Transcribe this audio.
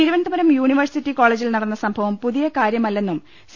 Thiruvananthapuram university കോളേജിൽ നടന്ന സംഭവം പുതിയ കാര്യമല്ലെന്നും സി